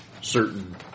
certain